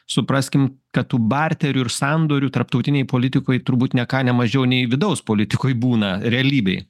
supraskim kad tų barterių ir sandorių tarptautinėj politikoj turbūt ne ką ne mažiau nei vidaus politikoj būna realybėj